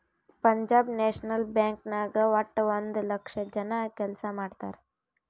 Punjab National Bank ನಾಗ್ ವಟ್ಟ ಒಂದ್ ಲಕ್ಷ ಜನ ಕೆಲ್ಸಾ ಮಾಡ್ತಾರ್